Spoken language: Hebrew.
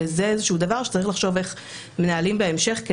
וזה איזה דבר שצריך לחשוב איך מנהלים בהמשך,